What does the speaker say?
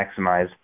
maximize